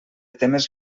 temes